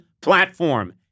platform